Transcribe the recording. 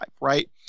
right